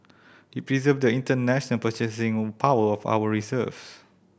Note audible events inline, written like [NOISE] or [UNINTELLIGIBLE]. it preserve the international purchasing [UNINTELLIGIBLE] power of our reserves